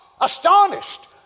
astonished